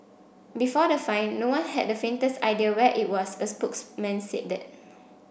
before the find no one had the faintest idea where it was a spokesman said that